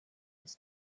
his